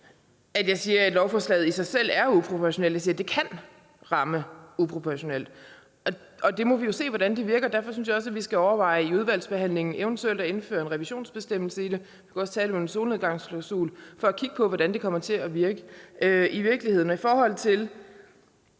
at jeg siger, at lovforslaget i sig selv er uproportionalt. Jeg sagde, at det kan ramme uproportionalt. Vi må jo se, hvordan det virker, og derfor synes jeg også, at vi i udvalgsbehandlingen skal overveje eventuelt at indføre en revisionsbestemmelse i det – vi kunne også tale om en solnedgangsklausul – for at kigge på, hvordan det kommer til at virke i virkeligheden. Til det,